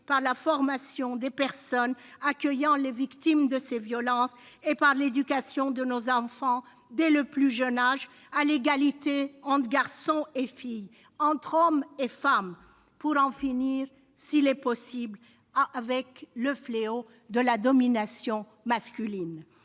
par la formation des personnels accueillant les victimes de ces violences et par l'éducation de nos enfants, dès le plus jeune âge, à l'égalité entre garçons et filles, entre hommes et femmes, pour en finir, s'il est possible, avec le fléau de la domination masculine.